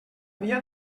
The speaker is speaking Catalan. via